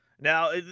Now